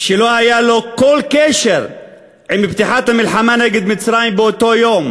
שלא היה לו כל קשר עם פתיחת המלחמה נגד מצרים באותו יום,